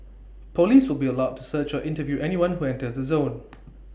Police will be allowed to search or interview anyone who enters the zone